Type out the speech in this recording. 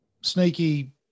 sneaky